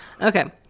Okay